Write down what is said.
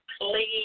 please